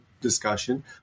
discussion